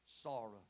Sorrow